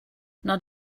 not